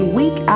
week